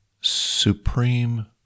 Supreme